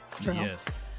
yes